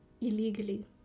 illegally